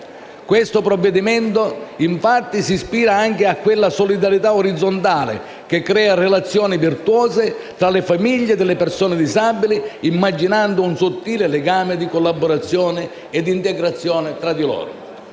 Il provvedimento in esame, infatti, si ispira anche a quella solidarietà orizzontale che crea relazioni virtuose tra le famiglie delle persone disabili, immaginando un sottile legame di collaborazione e di integrazione tra di loro.